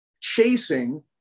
chasing